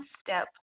step